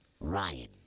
Ryan